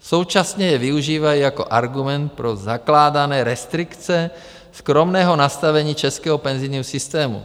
Současně je využívají jako argument pro zakládané restrikce skromného nastavení českého penzijního systému.